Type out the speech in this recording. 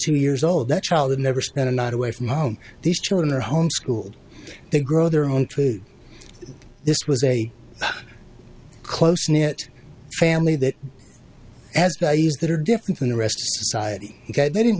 two years old that child never spent a night away from home these children are home schooled they grow their own true this was a close knit family that has values that are different than the rest of society they didn't